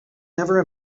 never